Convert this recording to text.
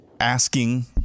asking